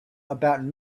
about